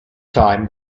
time